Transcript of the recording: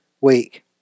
week